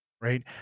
right